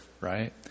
Right